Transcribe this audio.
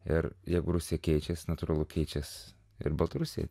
ir jeigu rusija keičiasi natūralu keičiasi ir baltarusiai